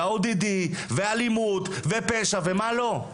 ו-ODD ופשע ומה לא.